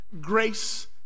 Grace